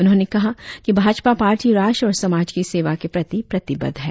उन्होंने कहा की भाजपा पार्टी राष्ट्र और समाज की सेवा के प्रति प्रतिबद्ध है